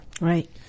Right